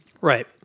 Right